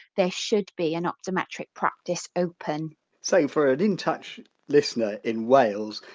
there should be an optometric practice open so, for an in touch listener in wales,